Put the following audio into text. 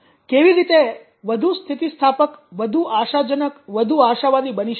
કેવી રીતે વધુ સ્થિતિસ્થાપક વધુ આશાજનક વધુ આશાવાદી બની શકાય